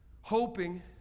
Hoping